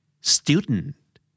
Student